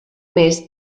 més